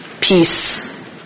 peace